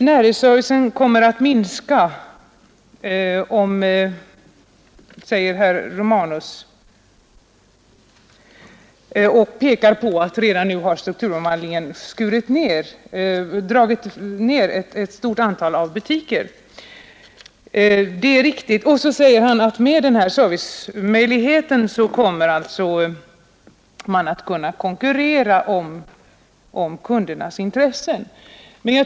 Närhetsservicen kommer att minska, säger herr Romanus, och pekar på att strukturomvandlingen redan nu har bidragit till att antalet butiker har skurits ned. Det är riktigt. Med denna nya servicemöjlighet, säger han, kommer man att kunna konkurrera om kundernas intresse.